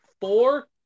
four